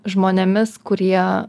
žmonėmis kurie